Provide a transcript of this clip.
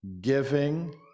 giving